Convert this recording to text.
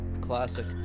Classic